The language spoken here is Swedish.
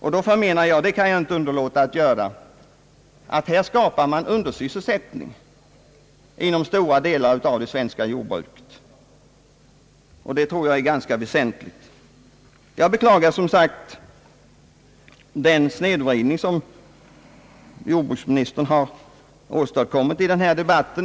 Jag förmenar — det kan jag inte underlåta att säga — att man härigenom skapar en motsvarande undersysselsättning inom stora delar av det svenska jordbruket. Detta anser jag vara en väsentlig fråga i sammanhanget och ingalunda någon effektivisering eller rationalisering. Jag beklagar som sagt den snedvridning som jordbruksministern har åstakommit i denna debatt.